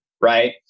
right